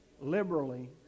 liberally